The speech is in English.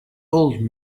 old